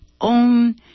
own